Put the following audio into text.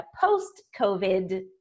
post-COVID